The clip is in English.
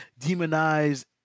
demonize